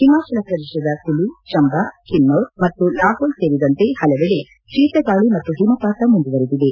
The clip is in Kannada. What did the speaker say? ಹಿಮಾಚಲ ಪ್ರದೇಶದ ಕುಲು ಚಂಬಾ ಕಿನ್ನೌರ್ ಮತ್ತು ಲಾಹೋಲ್ ಸೇರಿದಂತೆ ಪಲವೆಡೆ ಶೀತಗಾಳಿ ಮತ್ತು ಹಿಮಪಾತ ಮುಂದುವರಿದಿದೆ